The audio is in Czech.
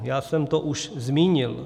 Já jsem to už zmínil.